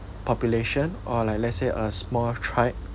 population or like let's say a small tribe